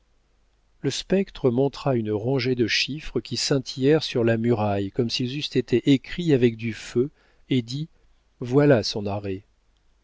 le spectre montra une rangée de chiffres qui scintillèrent sur la muraille comme s'ils eussent été écrits avec du feu et dit voilà son arrêt